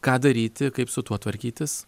ką daryti kaip su tuo tvarkytis